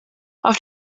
auf